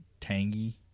tangy